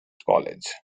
college